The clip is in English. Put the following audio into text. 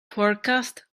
forecast